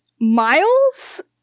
miles